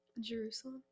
Jerusalem